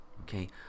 Okay